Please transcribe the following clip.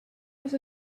was